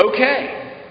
Okay